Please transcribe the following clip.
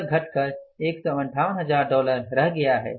यह घटकर 158000 डॉलर रह गया है